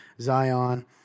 Zion